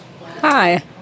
Hi